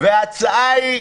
וההצעה היא: